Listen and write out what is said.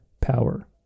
power